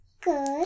Good